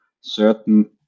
certain